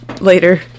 later